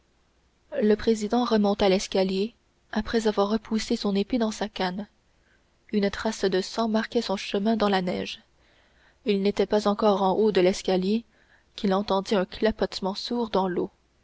le président remonta l'escalier après avoir repoussé son épée dans sa canne une trace de sang marquait son chemin dans la neige il n'était pas encore en haut de l'escalier qu'il entendit un clapotement sourd dans l'eau